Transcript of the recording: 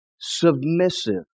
submissive